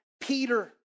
Peter